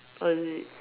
oh is it